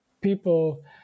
people